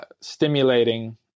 stimulating